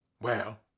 Well